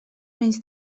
menys